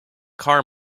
car